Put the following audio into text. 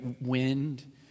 wind